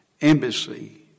embassy